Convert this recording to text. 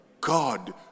God